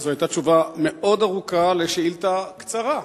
זו היתה תשובה מאוד ארוכה על שאילתא קצרה.